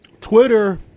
Twitter